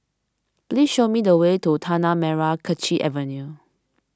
please show me the way to Tanah Merah Kechil Avenue